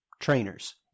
trainers